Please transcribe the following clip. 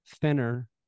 thinner